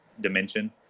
dimension